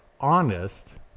honest